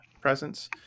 presence